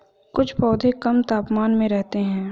कुछ पौधे कम तापमान में रहते हैं